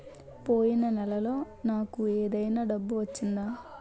పోయిన నెలలో నాకు ఏదైనా డబ్బు వచ్చిందా?